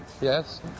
Yes